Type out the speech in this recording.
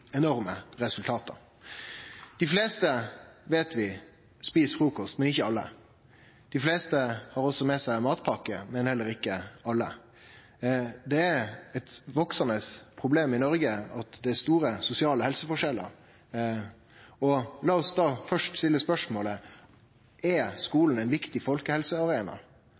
enorme resultat. Dei fleste, veit vi, et frukost, men ikkje alle. Dei fleste har også med seg matpakke, men ikkje alle. Det er eit veksande problem i Noreg at det er store sosiale helseforskjellar. La oss da først stille spørsmålet: Er skulen ein viktig folkehelsearena?